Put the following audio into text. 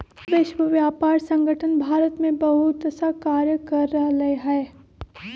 विश्व व्यापार संगठन भारत में बहुतसा कार्य कर रहले है